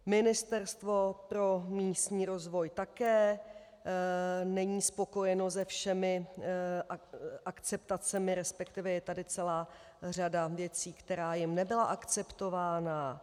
Ministerstvo pro místní rozvoj také není spokojeno se všemi akceptacemi, respektive je tady celá řada věcí, která jim nebyla akceptována.